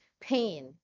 pain